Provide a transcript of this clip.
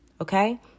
okay